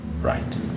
right